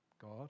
God